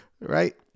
Right